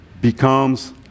becomes